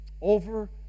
Over